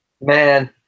Man